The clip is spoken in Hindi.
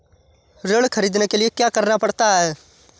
ऋण ख़रीदने के लिए क्या करना पड़ता है?